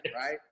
Right